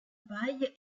paille